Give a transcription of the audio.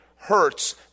Hurts